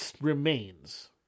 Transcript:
Remains